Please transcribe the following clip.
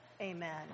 Amen